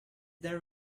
there